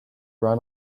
run